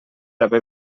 haver